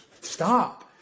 stop